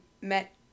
met